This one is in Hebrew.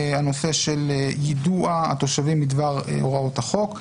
הנושא של יידוע התושבים בדבר הוראות החוק.